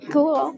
Cool